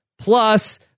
plus